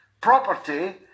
property